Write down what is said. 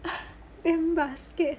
damn basket